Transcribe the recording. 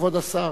כבוד השר,